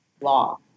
law